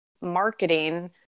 marketing